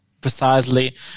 precisely